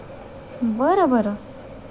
बरं बरं